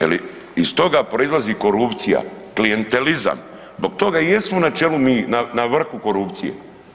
Jer iz toga proizlazi korupcija, klijentelizam, zbog toga i jesmo na čelu mi, na vrhu korupcije.